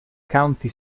county